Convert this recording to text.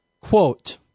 Quote